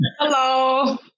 Hello